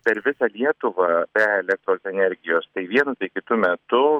per visą lietuvą be elektros energijos tai vienu tai kitu metu